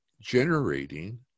generating